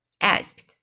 Asked